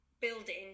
building